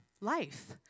life